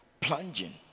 plunging